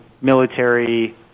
military